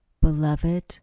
Beloved